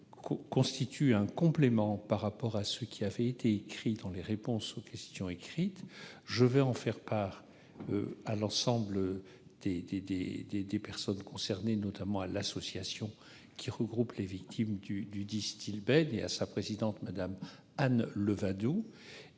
Je vous remercie